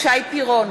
שי פירון,